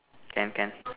can can